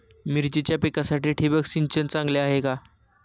मिरचीच्या पिकासाठी ठिबक सिंचन चांगले आहे का?